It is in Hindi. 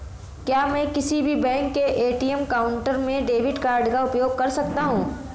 क्या मैं किसी भी बैंक के ए.टी.एम काउंटर में डेबिट कार्ड का उपयोग कर सकता हूं?